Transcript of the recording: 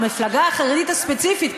המפלגה החרדית הספציפית,